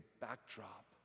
backdrop